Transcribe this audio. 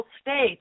state